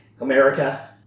America